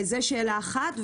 זו שאלה אחת.